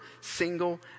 single